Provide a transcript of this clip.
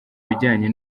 bijyanye